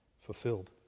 fulfilled